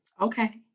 Okay